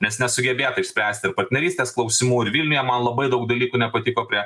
nes nesugebėjo taip spręsti ir partnerystės klausimų ir vilniuje man labai daug dalykų nepatiko prie